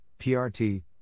PRT